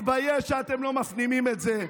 מתבייש שאתם לא מפנימים את זה.